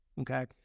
okay